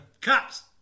cops